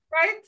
Right